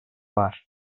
var